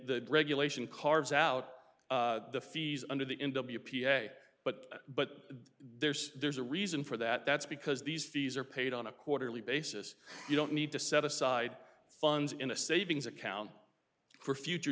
the regulation carves out the fees under the in w p a but but there's there's a reason for that that's because these fees are paid on a quarterly basis you don't need to set aside funds in a savings account for future